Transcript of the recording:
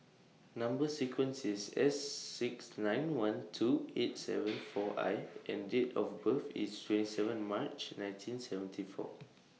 Number sequence IS S six nine one two eight seven four I and Date of birth IS twenty seven March nineteen seventy four